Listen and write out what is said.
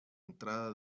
entrada